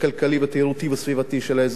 תיירותי וסביבתי של האזור הזה.